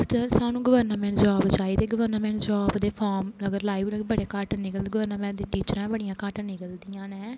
but स्हानू government job चाहिदी government job दे फार्म अगर लाए बी ओड़ो ते बडे़ घट्ट निकलदे गवर्नमेंट दी टीचरां बी बडियां घट्ट निकलदियां ना